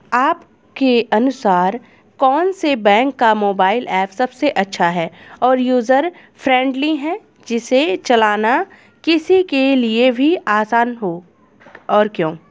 आपके अनुसार कौन से बैंक का मोबाइल ऐप सबसे अच्छा और यूजर फ्रेंडली है जिसे चलाना किसी के लिए भी आसान हो और क्यों?